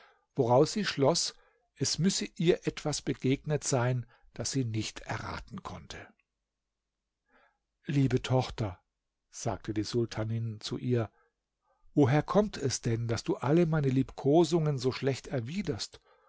woraus sie schloß es müsse ihr etwas begegnet sein das sie nicht erraten konnte liebe tochter sagte die sultanin zu ihr woher kommt es denn daß du alle meine liebkosungen so schlecht erwiderst